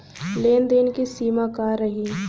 लेन देन के सिमा का रही?